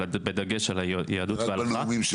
בדגש על היהדות וההלכה מגיע דרך.